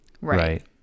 right